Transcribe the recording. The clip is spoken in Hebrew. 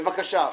בבקשה.